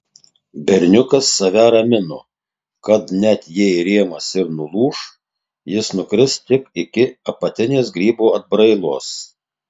berniukas save ramino kad net jei rėmas ir nulūš jis nukris tik iki apatinės grybo atbrailos